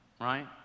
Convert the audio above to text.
right